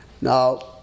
Now